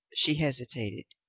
she hesitated.